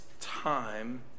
time